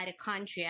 mitochondria